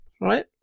right